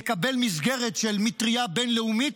לקבל מסגרת של מטרייה בין-לאומית,